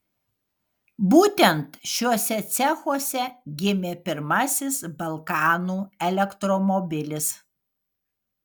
būtent šiuose cechuose gimė pirmasis balkanų elektromobilis